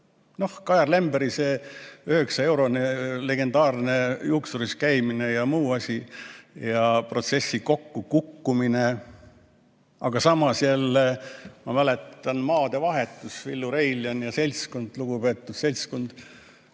Kajar Lemberi üheksaeurone legendaarne juuksuris käimine ja muu asi ja protsessi kokkukukkumine. Aga samas jälle ma mäletan maadevahetust – Villu Reiljan ja seltskond, lugupeetud seltskond.